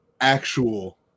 actual